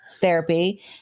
therapy